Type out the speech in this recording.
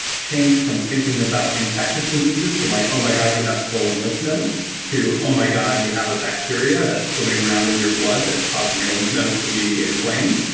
changed from thinking about infectious diseases from like, oh my god, you have swollen lymph nodes, to, oh my god, you have a bacteria that's swimming around in your blood that's causing your lymph nodes to be inflamed.